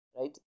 right